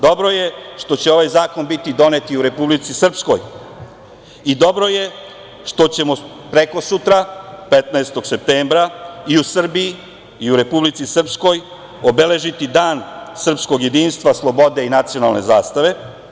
Dobro je što će ovaj zakon biti donet i u Republici Srpskoj i dobro je što ćemo prekosutra 15. septembra i u Srbiji i u Republici Srpskoj obeležiti Dan srpskog jedinstva slobode i nacionalne zastave.